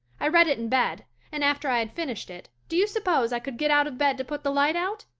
i read it in bed, and after i had finished it do you suppose i could get out of bed to put the light out?